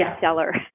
seller